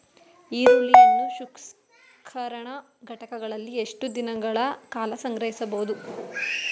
ಈರುಳ್ಳಿಯನ್ನು ಸಂಸ್ಕರಣಾ ಘಟಕಗಳಲ್ಲಿ ಎಷ್ಟು ದಿನಗಳ ಕಾಲ ಸಂಗ್ರಹಿಸಬಹುದು?